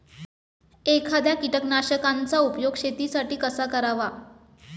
एखाद्या कीटकनाशकांचा उपयोग शेतीसाठी कसा करावा?